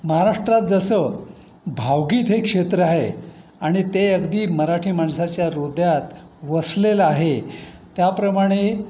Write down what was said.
महाराष्ट्रात जसं भावगीत हे क्षेत्र आहे आणि ते अगदी मराठी माणसाच्या ह्रदयात वसलेलं आहे त्याप्रमाणे